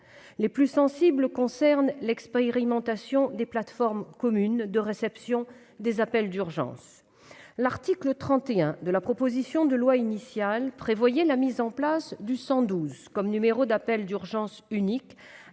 Les plus sensibles concernent l'expérimentation des plateformes communes de réception des appels d'urgence. L'article 31 de la proposition de loi initiale prévoyait la mise en place du 112 comme numéro d'appel d'urgence unique